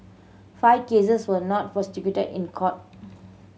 five cases were not prosecuted in court